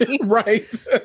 Right